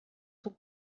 sont